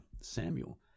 Samuel